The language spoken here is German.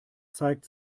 zeigt